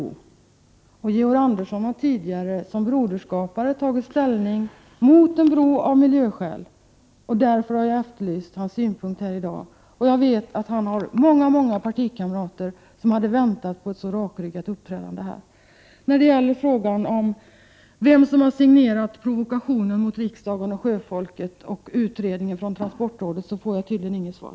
Som broderskapare har Georg Andersson tidigare av miljöskäl tagit ställning mot en bro, och jag har därför efterlyst hans uppfattning här i dag. Jag vet att han har många partikamrater som hade väntat sig ett rakryggat framträdande här. På frågan om vem som har signerat provokationen mot riksdagen och sjöfolket och utredningen från transportrådet får jag tydligen inget svar.